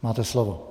Máte slovo.